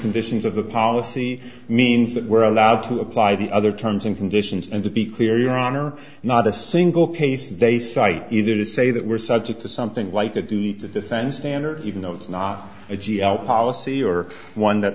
conditions of the policy means that we're allowed to apply the other terms and conditions and to be clear your honor not a single case they cite either to say that we're subject to something like a duty to defend standard even though it's not a policy or one that